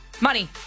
money